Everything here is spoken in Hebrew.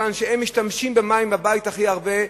מכיוון שהן משתמשות במים הכי הרבה,